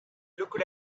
looked